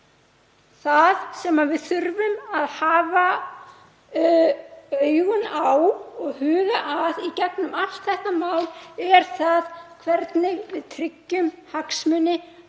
það sem við þurfum að hafa augun á og huga að í gegnum allt þetta mál er það hvernig við tryggjum hagsmuni